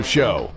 Show